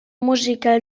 musical